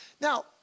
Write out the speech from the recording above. Now